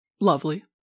Lovely